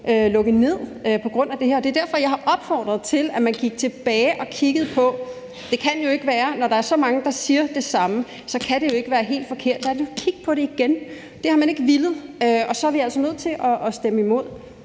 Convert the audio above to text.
lukke på grund af det her. Det er derfor, jeg har opfordret til, at man gik tilbage og kiggede på det. Når der er så mange, der siger det samme, kan det jo ikke være helt forkert. Lad os nu kigge på det igen. Det har man ikke villet, og så er vi altså nødt til at stemme imod